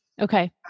okay